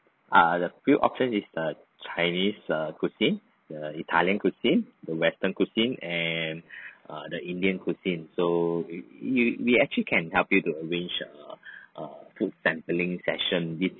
err the few options is the chinese err cuisine the italian cuisine the western cuisine and err the indian cuisine so we we actually can help you to arrange err err food sampling session this